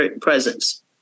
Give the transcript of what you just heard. presence